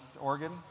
organ